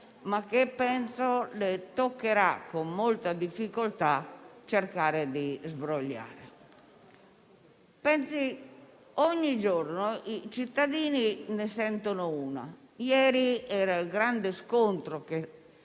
ma che penso le toccherà con molta difficoltà cercare di sbrogliare. Ogni giorno i cittadini ne sentono una: ieri era il grande scontro -